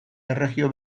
erregio